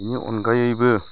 बेनि अनगायैबो